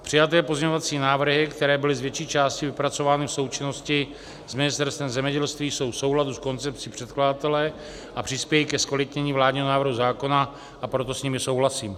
Přijaté pozměňovací návrhy, které byly z větší části vypracovány v součinnosti s Ministerstvem zemědělství, jsou v souladu s koncepcí předkladatele a přispějí ke zkvalitnění vládního návrhu zákona, a proto s nimi souhlasím.